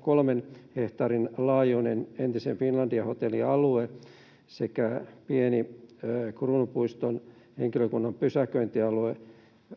kolmen hehtaarin laajuinen entisen Finlandia-hotellin alue sekä pieni Kruunupuiston henkilökunnan pysäköintialue